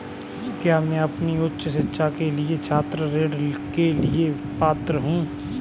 क्या मैं अपनी उच्च शिक्षा के लिए छात्र ऋण के लिए पात्र हूँ?